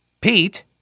Pete